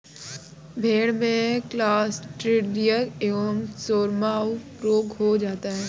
भेड़ में क्लॉस्ट्रिडियल एवं सोरमाउथ रोग हो जाता है